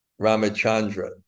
Ramachandra